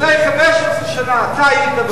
לפני 15 שנה אתה היית בקואליציה,